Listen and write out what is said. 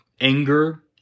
anger